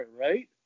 right